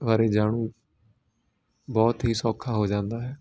ਬਾਰੇ ਜਾਣੂ ਬਹੁਤ ਹੀ ਸੌਖਾ ਹੋ ਜਾਂਦਾ ਹੈ